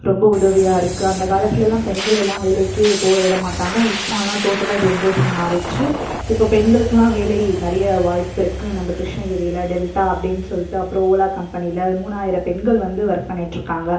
ரொம்ப உதவியாக இருக்கு அந்த காலத்துலலாம் பெண்களெல்லாம் வேலைக்கே போக விடமாட்டாங்க இப்போ ஆனால் டோட்டலாக ஜென்ட்ரேஷன் மாறிடுச்சு இப்போ பெண்களுக்குலாம் வேலை நிறையா வாய்ப்பு இருக்கு நம்ப கிருஷ்ணகிரியில் டெல்டா அப்படின்னு சொல்லிட்டு அப்புறம் ஓலா கம்பெனியில் மூணாயிரம் பெண்கள் வந்து ஒர்க் பண்ணிட்டுருக்காங்க